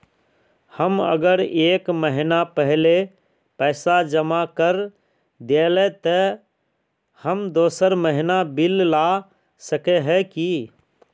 हम अगर एक महीना पहले पैसा जमा कर देलिये ते हम दोसर महीना बिल ला सके है की?